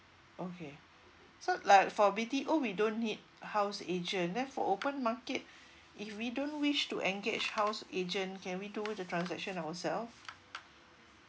okay so like for B_T_O we don't need house agent then for open market if we don't wish to engage house agent can we do the transaction ourself